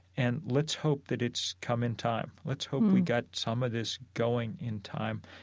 and let's hope that it's come in time. let's hope we got some of this going in time.